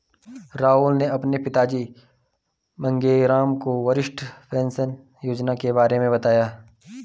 राहुल ने अपने पिताजी मांगेराम को वरिष्ठ पेंशन योजना के बारे में बताया